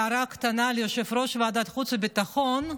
הערה הקטנה ליושב-ראש ועדת חוץ וביטחון,